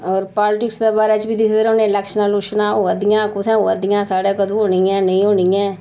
होर पालटिक्स दे बारै च बी दिखदे रौह्न्ने लैक्शनां लुक्शनां होआ दियां कुत्थैं होआ दियां साढ़ै कदूं होनी ऐ नेईं होनी ऐ